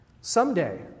someday